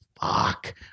fuck